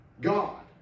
God